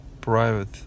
private